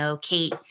Kate